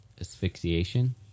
asphyxiation